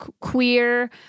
queer